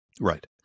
right